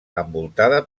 envoltada